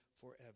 forever